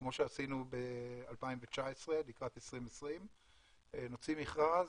כמו שעשינו ב-2019 לקראת 2020. נוציא מכרז,